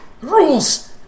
rules